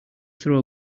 throw